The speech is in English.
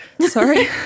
Sorry